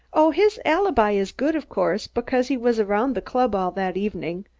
oh, his alibi is good of course, because he was around the club all that evening.